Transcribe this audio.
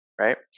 right